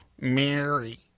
Mary